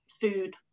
food